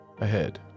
ahead